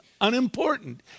unimportant